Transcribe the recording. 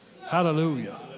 Hallelujah